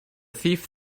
thief